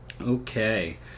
Okay